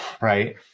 Right